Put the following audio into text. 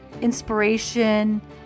inspiration